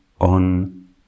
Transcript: on